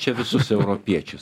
čia visus europiečius